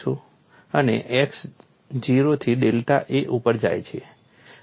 અને x 0 થી delta a ઉપર જાય છે